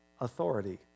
authority